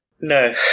No